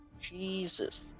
Jesus